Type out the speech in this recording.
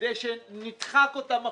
כדי שנדחק אותם החוצה,